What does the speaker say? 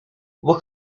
what